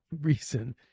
reason